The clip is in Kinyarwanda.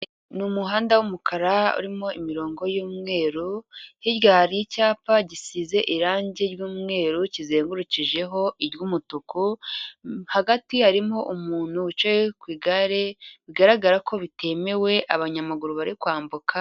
Ni umuhanda w'umukara urimo imirongo y'umweru, hirya hari icyapa gisize irangi ry'umweru kizengurukijeho iry'umutuku, hagati harimo umuntu wicaye ku igare bigaragara ko bitemewe abanyamaguru bari kwambuka...